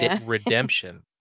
redemption